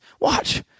Watch